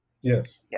Yes